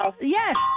yes